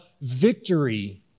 victory